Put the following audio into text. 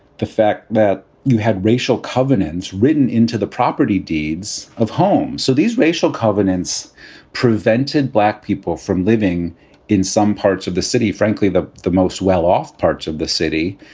the fact that you had racial covenants written into the property deeds of home. so these racial covenants prevented black people from living in some parts of the city, frankly, the the most well-off parts of the city,